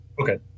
Okay